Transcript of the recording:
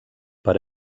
per